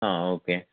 ആ ഓക്കെ